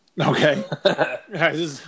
Okay